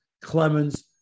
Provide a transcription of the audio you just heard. Clemens